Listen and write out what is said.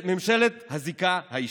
ממשלת הזיקה האישית.